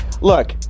look